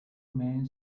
men